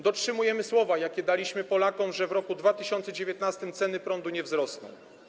Dotrzymujemy słowa, jakie daliśmy Polakom, że w roku 2019 ceny prądu nie wzrosną.